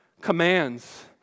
commands